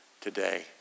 today